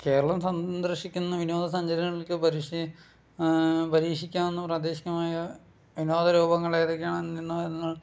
കേരളം സന്ദർശിക്കുന്ന വിനോദസഞ്ചാരികൾക്ക് പരീക്ഷി പരീക്ഷിക്കാവുന്ന പ്രാദേശികമായ യാഥാർത്ഥ രൂപങ്ങൾ ഏതൊക്കെയാണെന്നുവെന്ന്